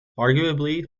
arguably